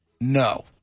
no